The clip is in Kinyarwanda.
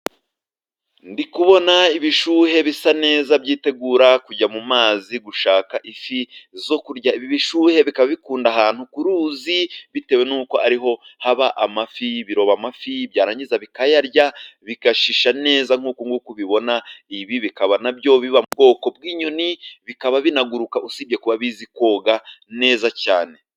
Ndi kubona ibishuhe bisa neza byitegura kujya mu mazi gushaka ifi. Ibishuhe bikaba bikunda ahantu ku ruzi bitewe n'uko ariho haba amafi, biroba amafi byarangiza bikayarya, bigashisha neza nk'uku nguku ubibona. Ibi bikaba na byo biba mu bwoko bw'inyoni, bikaba binaguruka, usibye kuba bizi koga neza cyane.